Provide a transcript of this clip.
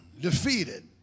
defeated